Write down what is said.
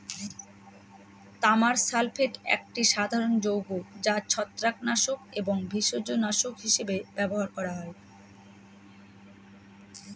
তামার সালফেট একটি সাধারণ যৌগ যা ছত্রাকনাশক এবং ভেষজনাশক হিসাবে ব্যবহার করা হয়